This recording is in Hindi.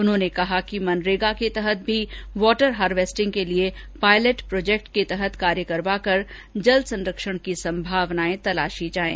उन्होंने कहा कि मनरेगा योजना के तहत भी वाटर हार्वेस्टिगं के लिये पायलट प्रोजेक्ट के तहत कार्य करवा कर जल संरक्षण की संभावनायें तलाशी जाएं